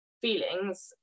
feelings